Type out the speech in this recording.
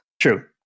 True